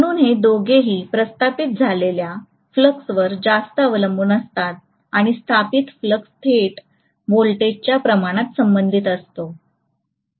म्हणून हे दोघेही प्रस्थापित झालेल्या फ्लक्सवर जास्त अवलंबून असतात आणि स्थापित फ्लक्स थेट व्होल्टेजच्या प्रमाणात संबंधित असतो